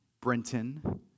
Brenton